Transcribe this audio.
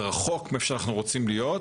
זה רחוק מאיפה שאנחנו רוצים להיות,